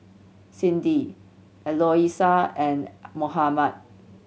Cindi Eloisa and Mohammad